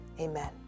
amen